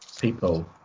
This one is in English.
people